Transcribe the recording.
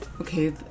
Okay